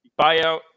buyout